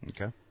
Okay